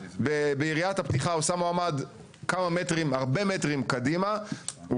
ביריית הפתיחה הוא שם מועמד הרבה מטרים קדימה והוא